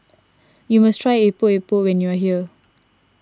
you must try Epok Epok when you are here